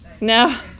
no